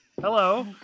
Hello